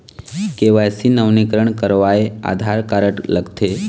KYC नवीनीकरण करवाये Aadhaar card लगथे?